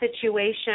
situation